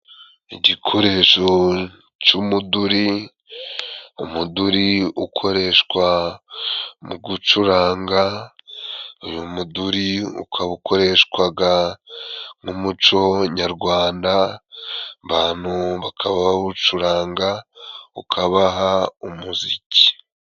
Igikoresho cy'umuduri, umuduri ukoreshwa mu gucuranga uyu muduri ukaba ukoreshwaga mu muco nyarwanda , abantu bakaba bawucuranga ukabaha umuziki.